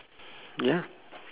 ya